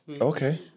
Okay